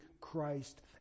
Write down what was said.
Christ